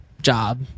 job